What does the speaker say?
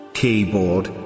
keyboard